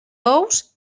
ous